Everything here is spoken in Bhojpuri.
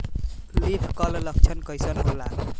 लीफ कल लक्षण कइसन होला?